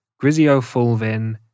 griziofulvin